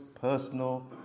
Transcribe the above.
personal